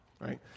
right